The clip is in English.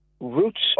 roots